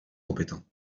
compétents